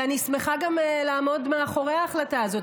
ואני גם שמחה לעמוד מאחורי ההחלטה הזאת.